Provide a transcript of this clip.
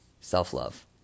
self-love